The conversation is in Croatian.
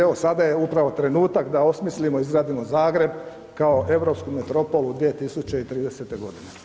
Evo sada je upravo trenutak da osmislimo i izgradimo Zagreb kao europsku metropolu u 2030. godine.